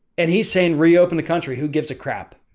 and he's saying reopen the country. who gives a crap?